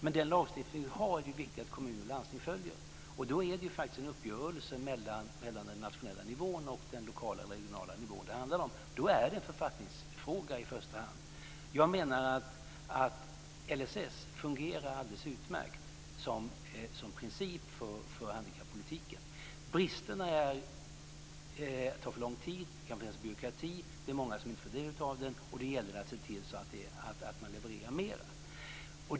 Men det är ju viktigt att kommuner och landsting följer den lagstiftning som vi har. Då är det faktiskt en uppgörelse mellan den nationella nivån och den lokala eller regionala nivån som det handlar om. Då är det en författningsfråga i första hand. Jag menar att LSS fungerar alldeles utmärkt som princip för handikappolitiken. Bristerna kan bestå av att det tar för lång tid, att det kan finnas byråkrati och att många inte får del av den. Det gäller att se till att leverera mera.